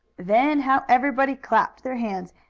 then how everybody clapped their hands,